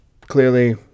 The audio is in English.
clearly